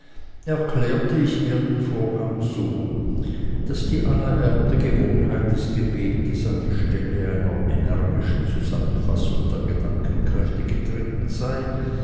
erklärte ich mir den vorgang so daß die anererbte gewohnheit des gebetes an die stelle einer energischen zusammenfassung der gedankenkräfte getreten sei